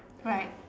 right